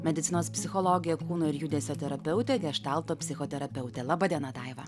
medicinos psichologė kūno ir judesio terapeutė geštalto psichoterapeutė laba diena daiva